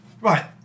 Right